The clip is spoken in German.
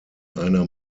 einer